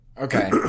Okay